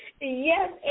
Yes